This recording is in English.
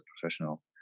professional